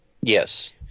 Yes